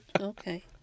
Okay